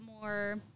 more